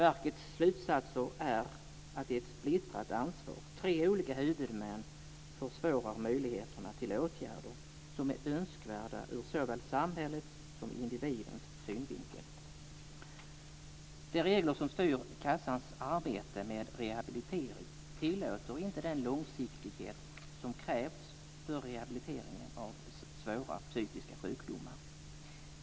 Verkets slutsatser är att det är ett splittrat ansvar. Tre olika huvudmän försvårar möjligheterna till åtgärder som är önskvärda ur såväl samhällets som individens synvinkel.